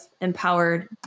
empowered